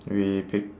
we pick